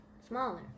smaller